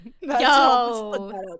yo